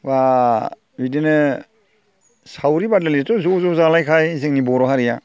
एबा बिदिनो सावरि बादालियाथ' ज' ज' जालायखायो जोंनि बर' हारिया